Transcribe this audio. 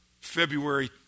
February